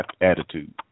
attitude